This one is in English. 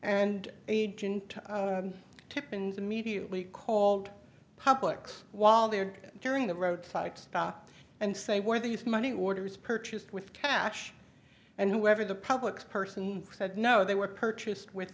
and agent tippins immediately called publix while there during the roadside stop and say were these money orders purchased with cash and whoever the public person said no they were purchased with